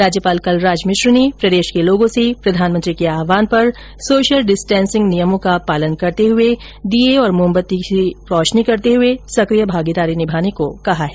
राज्यपाल कलराज मिश्र ने प्रदेश के लोगो से प्रधानमंत्री के आहवान पर सोशल डिस्टेंसिंग नियमों का पालन करते हुए दीए और मोमबत्ती से रोशनी करते हुए सक्रिय भागीदारी निभाने को कहा है